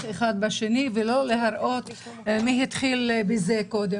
אחד בשני ולא להראות מי התחיל קודם.